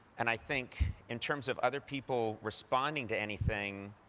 and i think, in terms of other people responding to anything,